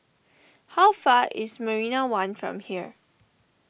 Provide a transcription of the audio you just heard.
how far is Marina one from here